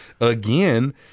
again